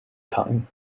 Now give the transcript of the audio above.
time